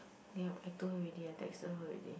then I told her already I texted her already